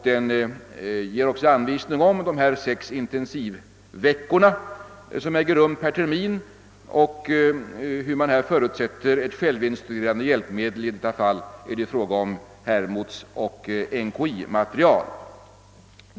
Den ger också anvisning om de sex intensivveckor, som också förekommer varje termin, samt om de självinstruerande hjälpmedel som man förutsätter skall användas. I detta fall är det fråga om Hermodsoch NKI-material.